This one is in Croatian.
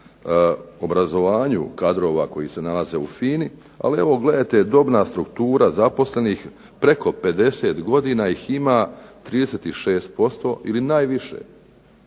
obrazovanju kadrova koji se nalaze u FINA-i, ali evo gledajte dobna struktura zaposlenih preko 50 godina ih ima 36% ili najviše